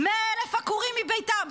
100,000 עקורים מביתם,